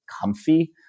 comfy